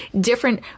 different